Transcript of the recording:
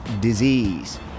Disease